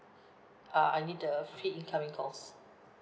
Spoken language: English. uh I need the free incoming calls